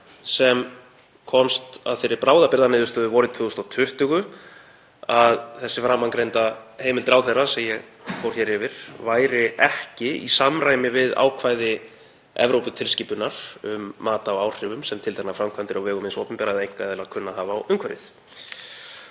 sem komst að þeirri bráðabirgðaniðurstöðu vorið 2020 að þessa framangreinda heimild ráðherra, sem ég fór hér yfir, væri ekki í samræmi við ákvæði Evróputilskipunar um mat á áhrifum sem tilteknar framkvæmdir á vegum hins opinbera eða einkaaðila kunna að hafa á umhverfið.